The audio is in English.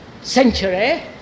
century